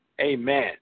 Amen